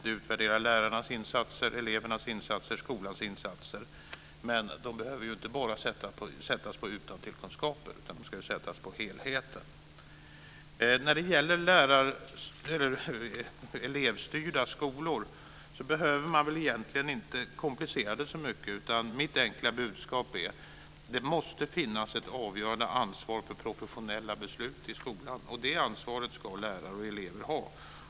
De utvärderar lärarnas insatser, elevernas insatser och skolans insatser. Men de behöver ju inte sättas bara på utantillkunskaper, utan de ska sättas på helheten. När det gäller elevstyrda skolor behöver man inte komplicera det så mycket. Mitt enkla budskap är att det måste finnas ett avgörande ansvar för professionella beslut i skolan. Detta ansvar ska lärare och elever ha.